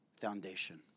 foundation